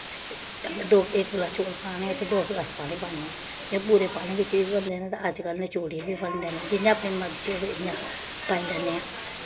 दो इक गलास चौल बनाने होन ते दो गलास पानी पान्नी आं कि पूरे पानी बिच्च बी बनदे न ते अज्जकल नचोड़ियै बी बनदे न जियां अपनी मर्जी होए इ'यां पाई लैन्ने आं